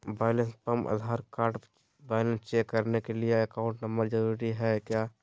Balance pump Aadhaar card balance check करने के लिए अकाउंट नंबर जरूरी है क्या?